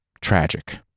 Tragic